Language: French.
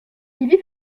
ivy